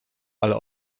ale